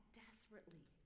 desperately